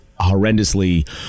horrendously